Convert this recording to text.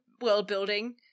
world-building